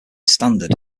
standard